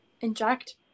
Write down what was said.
inject